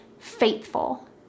faithful